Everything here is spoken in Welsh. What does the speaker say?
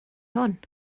hwn